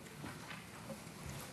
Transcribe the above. חבר